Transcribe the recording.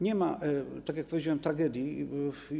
Nie ma, tak jak powiedziałem, tragedii.